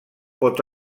pot